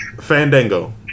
Fandango